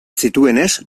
zituenez